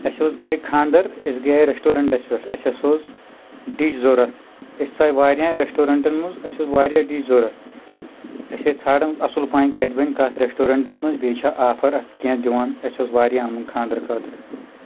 اَسہِ اوس گرِ خاندر أسۍ گٔے ریسٹورنٹس پؠٹھ أس ہسا اوس ڈِش ضوٚرتھ أسۍ ژاے واریاہن ریسٹورنٹن منٛز اَسہِ اوس واریاہ ڈِش ضوٚرتھ أسۍ ٲسۍ ژھانڈان اَصٕل پَہن کَتہِ بنہِ کتھ ریسٹورنٛٹس منٛز بیٚیہِ چھا آفر اَتھ کینٛہہ دِوان اَسہِ اوس واریاہ اونمُت یہِ خاندرٕ خٲطرٕ